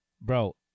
Bro